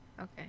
Okay